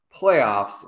playoffs